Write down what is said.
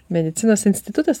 medicinos institutas